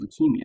leukemia